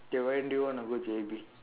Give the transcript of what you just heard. okay when do you want to go J_B